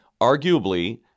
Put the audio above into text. arguably